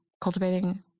cultivating